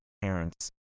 parents